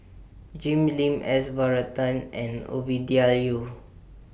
Jim Lim S Varathan and Ovidia Yu